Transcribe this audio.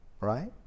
Right